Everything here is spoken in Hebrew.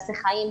תעשה חיים,